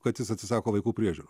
kad jis atsisako vaikų priežiūro